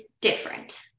different